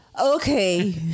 okay